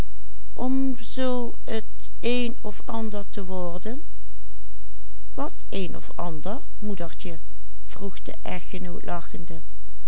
een of ander moedertje